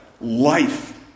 life